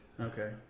Okay